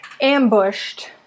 ambushed